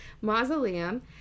mausoleum